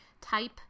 type